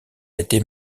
été